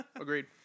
Agreed